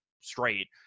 straight